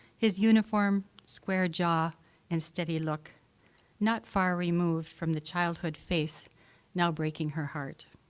his uniform, square jaw and steady look not far removed from the childhood face now breaking her heart.